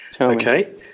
Okay